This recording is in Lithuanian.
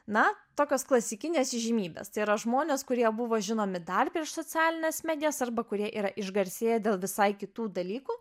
na tokios klasikinės įžymybės tai yra žmonės kurie buvo žinomi dar prieš socialines medijas arba kurie yra išgarsėję dėl visai kitų dalykų